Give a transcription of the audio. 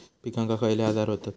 पिकांक खयले आजार व्हतत?